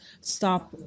stop